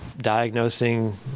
diagnosing